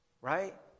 right